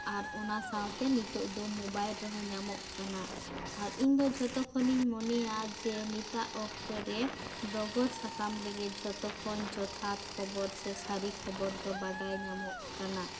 ᱟᱨ ᱚᱱᱟ ᱥᱟᱶᱛᱮ ᱱᱤᱛᱳᱜ ᱫᱚ ᱢᱳᱵᱟᱭᱤᱞ ᱨᱮᱦᱚᱸ ᱧᱟᱢᱚᱜ ᱠᱟᱱᱟ ᱟᱨ ᱤᱧ ᱫᱚ ᱡᱷᱚᱛᱚ ᱠᱷᱚᱱᱤᱧ ᱢᱚᱱᱮᱭᱟ ᱡᱮ ᱱᱤᱛᱟᱜ ᱚᱠᱛᱚ ᱨᱮ ᱰᱚᱜᱚᱨ ᱥᱟᱠᱟᱢ ᱨᱮᱜᱮ ᱡᱷᱚᱛᱚ ᱠᱷᱚᱱ ᱡᱚᱛᱷᱟᱛ ᱠᱷᱚᱵᱚᱨ ᱥᱟᱹᱨᱤ ᱠᱷᱚᱵᱚᱨ ᱫᱚ ᱵᱟᱰᱟᱭ ᱧᱟᱢᱚᱜ ᱠᱟᱱᱟ